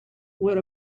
what